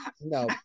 no